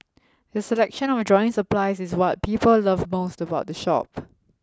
their selection of drawing supplies is what people love most about the shop